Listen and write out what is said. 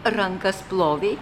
rankas plovei